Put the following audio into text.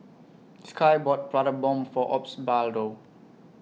Sky bought Prata Bomb For Osbaldo